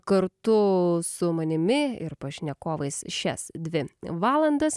kartu su manimi ir pašnekovais šias dvi valandas